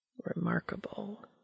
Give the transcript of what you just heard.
Remarkable